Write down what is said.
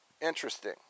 Interesting